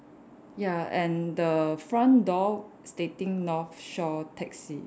ya and the front door stating North Shore taxi